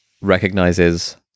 Recognizes